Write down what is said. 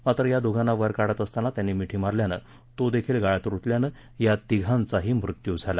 मात्र या दोघांना वर काढत असताना त्यांनी मिठी मारल्यानं तो देखील गाळात रुतल्यानं या तिघांचाही मृत्यू झाला